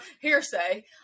hearsay